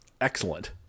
excellent